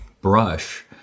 brush